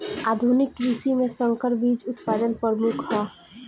आधुनिक कृषि में संकर बीज उत्पादन प्रमुख ह